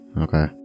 Okay